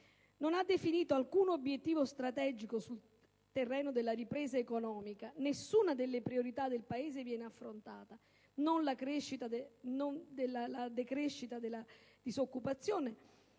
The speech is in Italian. non ha definito nessun obiettivo strategico sul terreno della ripresa economica e nessuna delle priorità del Paese viene in essa affrontata: la crescita della disoccupazione,